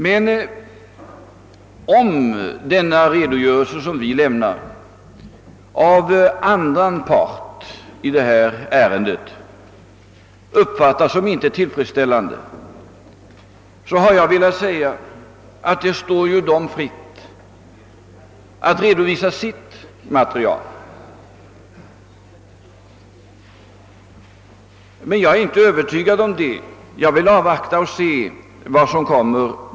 Men jag har velat framhålla att om den redogörelse, som vi lämnar, av annan part i detta ärende uppfattas som inte tillfredsställande, så står det ju vederbörande fritt att redovisa sitt material. Jag är emellertid inte övertygad om att vår redogörelse kommer att uppfattas på det sättet.